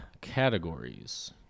categories